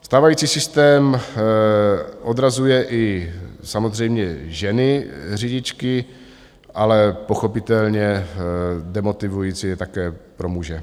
Stávající systém odrazuje i samozřejmě ženy řidičky, ale pochopitelně demotivující je také pro muže.